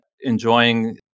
enjoying